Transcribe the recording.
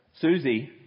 Susie